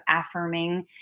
affirming